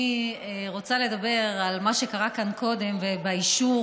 אני רוצה לדבר על מה שקרה כאן קודם באישור